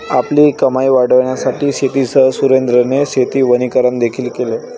आपली कमाई वाढविण्यासाठी शेतीसह सुरेंद्राने शेती वनीकरण देखील केले